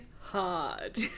hard